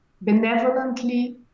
benevolently